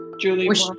Julie